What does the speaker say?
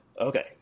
Okay